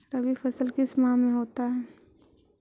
रवि फसल किस माह में होता है?